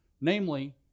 Namely